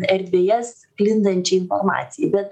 erdvėje sklindančiai informacijai bet